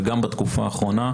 אבל גם בתקופה האחרונה,